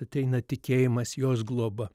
ateina tikėjimas jos globa